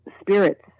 spirits